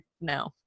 No